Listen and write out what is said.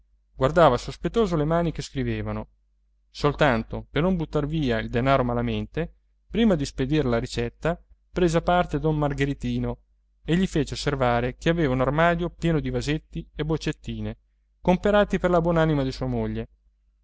guardava sospettoso le mani che scrivevano soltanto per non buttare via il denaro malamente prima di spedire la ricetta prese a parte don margheritino e gli fece osservare che aveva un armadio pieno di vasetti e boccettine comperati per la